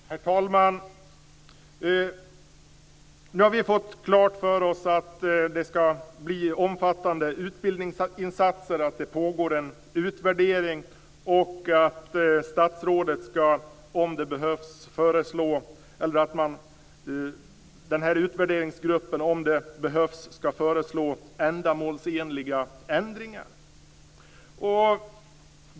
Herr talman! Nu har vi fått klart för oss att det ska bli omfattande utbildningsinsatser, att det pågår en utvärdering och att utvärderingsgruppen ska, om det behövs, föreslå ändamålsenliga ändringar.